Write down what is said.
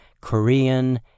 Korean